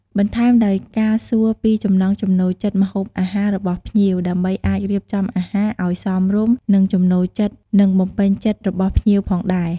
បន្ថែមដោយការសួរពីចំណង់ចំណូលចិត្តម្ហូបអាហាររបស់ភ្ញៀវ ដើម្បីអាចរៀបចំអាហារឱ្យសមរម្យនឹងចំណូលចិត្ត និងបំពេញចិត្តរបស់ភ្ញៀវផងដែរ។